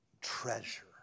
treasure